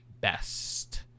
best